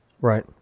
right